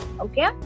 okay